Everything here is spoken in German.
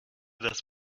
das